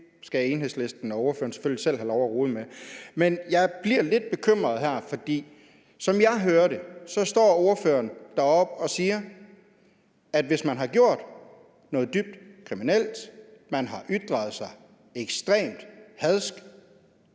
det skal Enhedslisten og ordføreren selvfølgelig selv have lov at rode med. Men jeg bliver lidt bekymret her, for som jeg hører det, står ordføreren deroppe og siger, at hvis man har gjort noget dybt kriminelt, eller hvis man har ytret sig ekstremt hadsk,